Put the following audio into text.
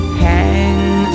hang